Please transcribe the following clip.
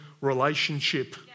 relationship